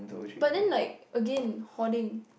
but then like again hoarding